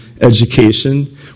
education